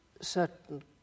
certain